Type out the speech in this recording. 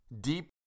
Deep